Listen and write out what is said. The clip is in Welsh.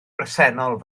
bresennol